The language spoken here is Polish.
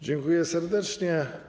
Dziękuję serdecznie.